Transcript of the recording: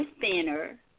thinner